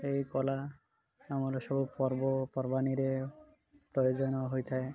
ଏହି କଳା ଆମର ସବୁ ପର୍ବପର୍ବାଣୀରେ ପ୍ରୟୋଜନ ହୋଇଥାଏ